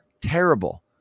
terrible